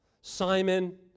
Simon